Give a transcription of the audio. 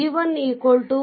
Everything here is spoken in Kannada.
33 volt ಮತ್ತು v2 5